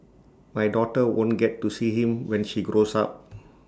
my daughter won't get to see him when she grows up